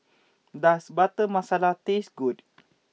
does Butter Masala taste good